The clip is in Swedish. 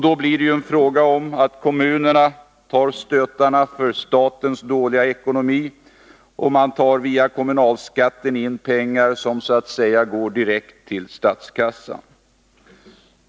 Då blir det en fråga om att kommunerna tar stötarna för statens dåliga ekonomi, att man via kommunalskatten tar in pengar som kan sägas gå direkt till statskassan.